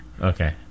Okay